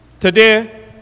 Today